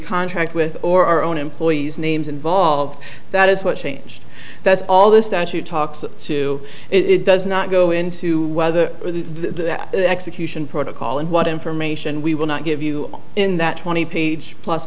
contract with or our own employees names involved that is what changed that's all the statute talks to it does not go into whether or the execution protocol and what information we will not give you in that twenty page plus